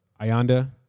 Ayanda